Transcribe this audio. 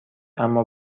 اما